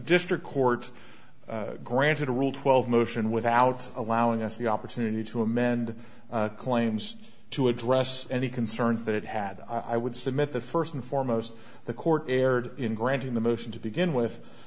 district court granted a rule twelve motion without allowing us the opportunity to amend claims to address any concerns that it had i would submit the first and foremost the court erred in granting the motion to begin with